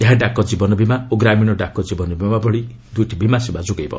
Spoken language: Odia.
ଏହା ଡାକ ଜୀବନବୀମା ଓ ଗ୍ରାମୀଣ ଡାକ ଜୀବନବୀମା ଭଳି ଦୁଇଟି ବୀମା କ୍ଷସକ୍ତଳ ଯୋଗାଇବ